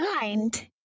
mind